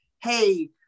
hey